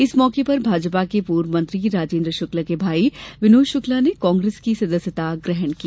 इस मौके पर भाजपा के पूर्व मंत्री राजेन्द्र शुक्ला के भाई विनोद शुक्ला ने कांग्रेस की सदस्यता ग्रहण की